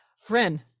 friend